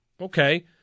okay